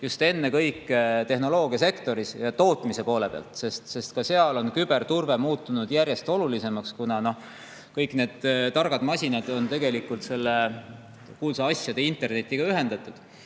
just ennekõike tehnoloogiasektoris ja tootmise poole peal, sest seal on küberturve muutunud järjest olulisemaks, kuna kõik need targad masinad on tegelikult kuulsa asjade internetiga ühendatud.